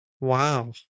Wow